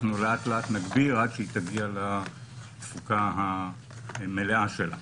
לאט-לאט נגביר, עד שהיא תגיע לתפוקה המלאה שלה.